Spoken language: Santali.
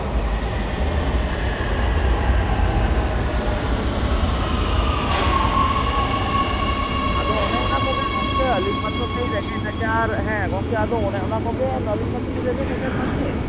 ᱦᱩᱸ ᱦᱩᱸ ᱦᱩᱸ ᱦᱩᱸ ᱟᱫᱚ ᱚᱱᱮ ᱚᱱᱟ ᱠᱚᱜᱮ ᱜᱚᱝᱠᱮ ᱟᱹᱞᱤᱧ ᱢᱟᱛᱚ ᱥᱮᱭ ᱨᱮᱸᱜᱮᱡ ᱱᱟᱪᱟᱨ ᱦᱮᱸ ᱜᱚᱝᱠᱮ ᱟᱫᱚ ᱚᱱᱮ ᱚᱱᱟ ᱠᱚᱜᱮ ᱟᱹᱞᱤᱧ ᱢᱟᱛᱚ ᱨᱮᱸᱜᱮᱡ ᱱᱟᱪᱟᱨ ᱢᱟᱹᱱᱢᱤ